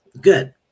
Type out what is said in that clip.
Good